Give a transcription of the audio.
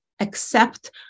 accept